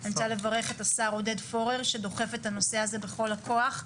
אני רוצה לברך את השר עודד פורר שדוחף את הנושא הזה בכל הכוח.